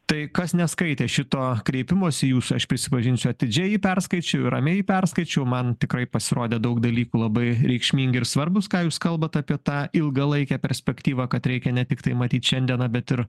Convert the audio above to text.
tai kas neskaitė šito kreipimosi jūsų aš prisipažinsiu atidžiai perskaičiau ir ramiai perskaičiau man tikrai pasirodė daug dalykų labai reikšmingi ir svarbūs ką jūs kalbat apie tą ilgalaikę perspektyvą kad reikia ne tiktai matyt šiandieną bet ir